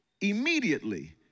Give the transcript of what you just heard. Immediately